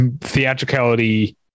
theatricality